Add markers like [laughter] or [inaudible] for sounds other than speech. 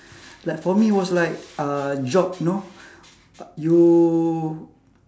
like for me was like uh job you know [noise] you